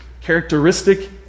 characteristic